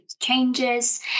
changes